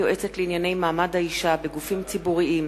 הצעת חוק יועצת לענייני מעמד האשה בגופים ציבוריים,